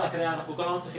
אנשים גם לא מצליחים